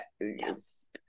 yes